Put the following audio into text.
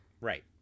Right